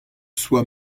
soi